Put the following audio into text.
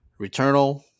Returnal